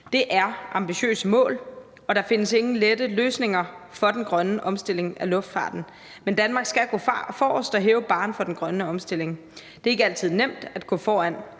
Det er ambitiøse mål, og der findes ingen lette løsninger for den grønne omstilling af luftfarten, men Danmark skal gå forrest og hæve barren for den grønne omstilling. Det er ikke altid nemt at gå foran;